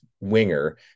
winger